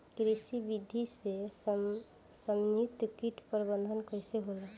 कृषि विधि से समन्वित कीट प्रबंधन कइसे होला?